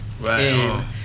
Right